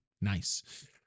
nice